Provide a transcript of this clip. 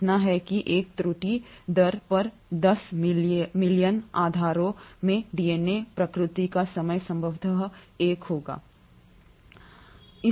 इतना है कि त्रुटि दर पर 10 मिलियन आधारों में डीएनए प्रतिकृति का समय संभवतः 1 होगा